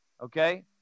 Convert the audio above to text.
okay